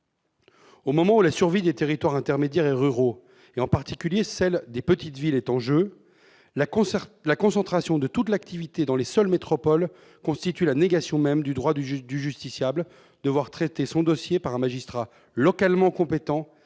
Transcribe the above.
Au moment où la survie des territoires intermédiaires et ruraux, en particulier des petites villes, est en jeu, la concentration de toute l'activité dans les seules métropoles constitue la négation même du droit du justiciable à voir traiter son dossier par un magistrat localement compétent